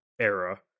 era